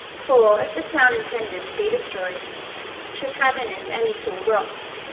for, if the town intended to be destroyed should have in it any tall rocks,